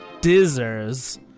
Dizzers